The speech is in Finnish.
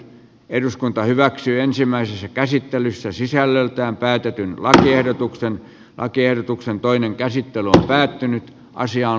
eduskunta hyväksyi ensimmäisessä käsittelyssä sisällöltään päätetyn lakiehdotuksen lakiehdotuksen toinen käsittely on päättynyt ja asia on